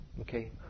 Okay